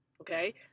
Okay